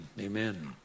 amen